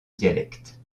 dialecte